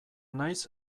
naiz